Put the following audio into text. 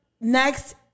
next